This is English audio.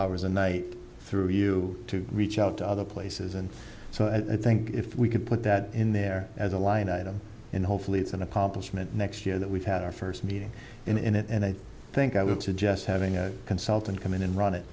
hours a night through you to reach out to other places and so i think if we could put that in there as a line item and hopefully it's an apartment next year that we've had our first meeting in it and i think i would suggest having a consultant come in and run it